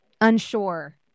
unsure